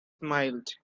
smiled